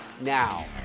now